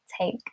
take